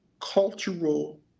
cultural